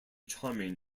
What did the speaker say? charming